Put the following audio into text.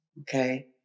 okay